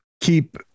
keep